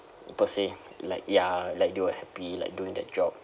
per se like ya like they were happy like doing their job